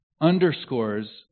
underscores